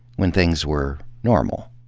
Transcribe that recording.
when things were normal.